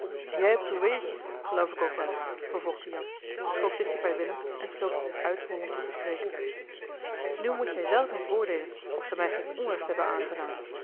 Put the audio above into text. jij hebt oe weetje geloof ik ook wel vervolgde jan schoof dichter bij willem en sloofde zich uit hollandsch te spreken nu moet jij zelf eens oordeelen of ze mij geen onrecht hebben aangedaan